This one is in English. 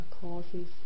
causes